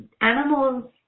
animals